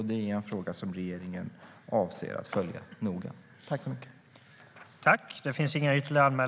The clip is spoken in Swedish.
Det är en fråga som regeringen avser att följa noga.